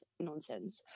nonsense